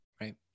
Right